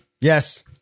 Yes